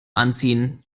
anziehen